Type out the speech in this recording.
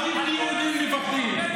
ערבים ויהודים מפחדים,